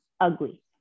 Ugly